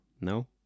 No